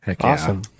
Awesome